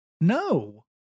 No